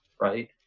right